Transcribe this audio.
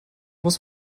muss